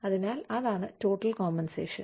അതിനാൽ അതാണ് total compensation